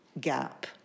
gap